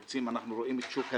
אנחנו רואים את שוק הדיור.